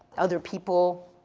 other people.